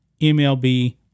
MLB